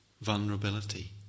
vulnerability